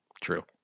true